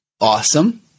Awesome